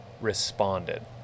responded